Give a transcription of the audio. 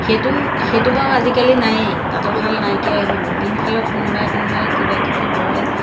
সেইটো সেইটো বাৰু আজিকালি নায়েই তাঁতৰ শাল নাইকীয়াই হ'ল উভিনশালত কোনোবাই কোনোবাই কিবা কিবি বয়